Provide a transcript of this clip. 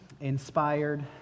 inspired